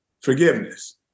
forgiveness